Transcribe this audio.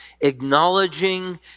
acknowledging